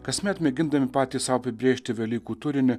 kasmet mėgindami patys sau apibrėžti velykų turinį